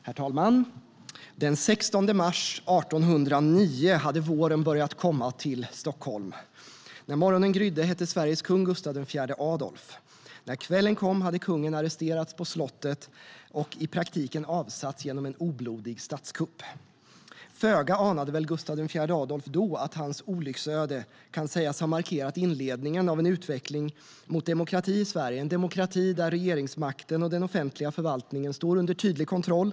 Herr talman! Den 16 mars 1809 hade våren börjat komma till Stockholm. När morgonen grydde hette Sveriges kung Gustav IV Adolf. När kvällen kom hade kungen arresterats på slottet och i praktiken avsatts genom en oblodig statskupp. Föga anade väl Gustav IV Adolf då att hans olycksöde kan sägas ha markerat inledningen av en utveckling mot demokrati i Sverige, en demokrati där regeringsmakten och den offentliga förvaltningen står under tydlig kontroll.